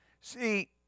See